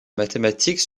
mathématiques